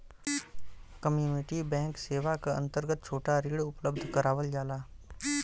community bank सेवा क अंतर्गत छोटा ऋण उपलब्ध करावल जाला